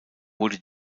wurde